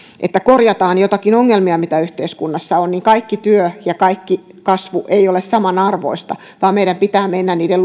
että korjataan joitakin ongelmia mitä yhteiskunnassa on niin kaikki työ ja kaikki kasvu ei ole samanarvoista meidän pitää mennä niiden